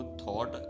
thought